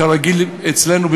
כרגיל אצלנו,